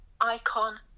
icon